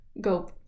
go